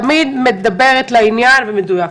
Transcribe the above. תמיד מדברת לעניין ומדויק.